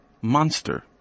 monster